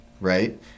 right